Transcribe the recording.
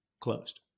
closed